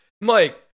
Mike